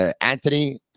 Anthony